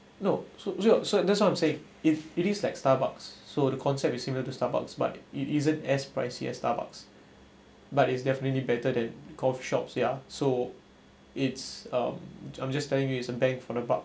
no so so that's what I'm saying if it is like Starbucks so the concept is similar to Starbucks but it isn't as pricey as Starbucks but it's definitely better than coffee shop ya so it's um I'm just telling you is a bang for the buck